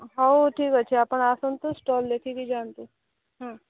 ହଉ ଠିକ୍ ଅଛି ଆପଣ ଆସନ୍ତୁ ଷ୍ଟଲ୍ ଦେଖିକି ଯାଆନ୍ତୁ ହଁ